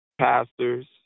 pastors